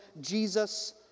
Jesus